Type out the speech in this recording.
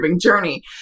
journey